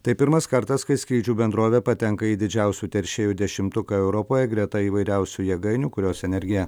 tai pirmas kartas kai skrydžių bendrovė patenka į didžiausių teršėjų dešimtuką europoje greta įvairiausių jėgainių kurios energiją